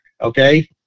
okay